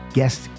guest